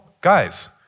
Guys